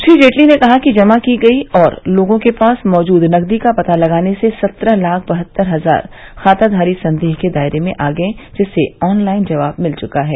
श्री जेटली ने कहा कि जमा की गयी और लोगों के पास मौजूद नगदी का पता लगने से सत्रह लाख बहत्तर हजार खाताधारी संदेह के दायरे में आ गये जिनसे ऑनलाइन जवाब मिल चुका है